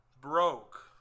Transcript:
broke